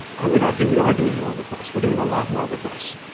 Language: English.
i would argue we are doing more with less. we're doing a lot more with less.